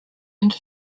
end